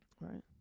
right